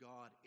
God